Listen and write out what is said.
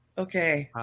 okay.